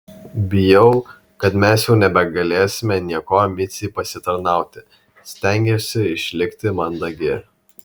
bijau kad mes jau nebegalėsime niekuo micei pasitarnauti stengiausi išlikti mandagi